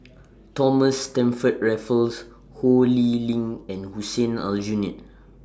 Thomas Stamford Raffles Ho Lee Ling and Hussein Aljunied